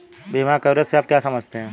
बीमा कवरेज से आप क्या समझते हैं?